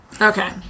okay